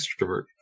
extrovert